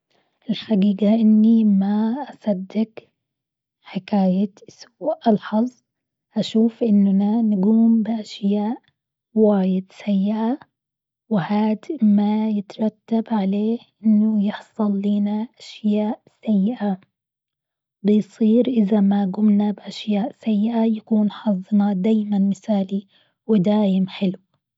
الحقيقة إني ما أصدق حكاية سوء الحظ، أشوف إننا نقوم بأشياء واجد سيئة. وهاد ما يترتب عليه إنه يحصل لنا أشياء سيئة، بيصير إذا ما قومنا بأشياء سيئة يكون حظنا دايما مثالي ودايم حلو.